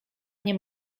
nie